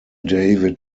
david